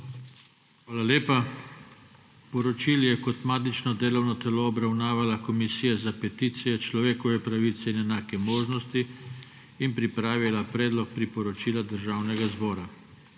Hvala lepa. Poročili je kot matično delovno telo obravnavala Komisija za peticije, človekove pravice in enake možnosti in pripravila predlog priporočila Državnega zbora.